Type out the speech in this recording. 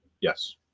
Yes